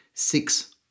Six